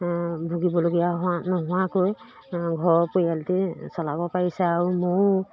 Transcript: ভুগিবলগীয়া হোৱা নোহোৱাকৈ ঘৰ পৰিয়ালতে চলাব পাৰিছে আৰু ময়ো